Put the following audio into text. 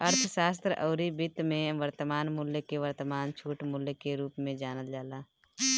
अर्थशास्त्र अउरी वित्त में वर्तमान मूल्य के वर्तमान छूट मूल्य के रूप में जानल जाला